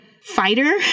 fighter